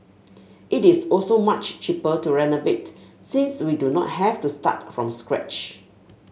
it is also much cheaper to renovate since we do not have to start from scratch